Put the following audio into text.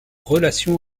relation